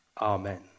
Amen